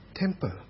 temple